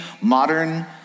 modern